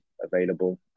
available